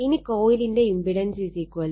ഇനി കൊയിലിന്റെ impedance R j Lω